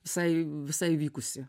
visai visai vykusi